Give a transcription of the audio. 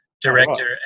director